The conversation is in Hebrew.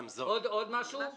עוד משהו?